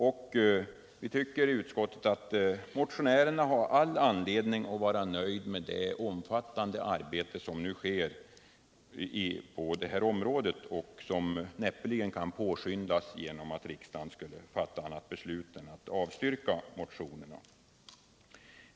Vi i utskottet tycker dock att motionärerna har all anledning att vara nöjda med det omfattande arbete som nu pågår på detta område och som näppeligen kan påskyndas genom att riksdagen fattar något annat beslut än att avslå motionerna.